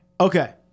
Okay